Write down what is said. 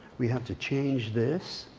we have to change this.